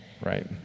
right